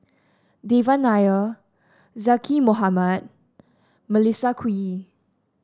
Devan Nair Zaqy Mohamad Melissa Kwee